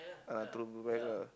uh through blue weather